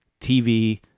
TV